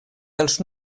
dels